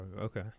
Okay